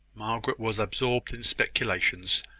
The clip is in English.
margaret was absorbed in speculations,